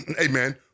Amen